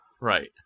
Right